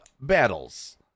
battles